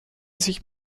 sich